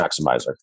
maximizer